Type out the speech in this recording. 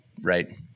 right